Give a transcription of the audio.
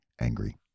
angry